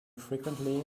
frequently